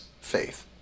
faith